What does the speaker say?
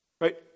Right